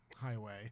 highway